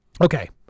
Okay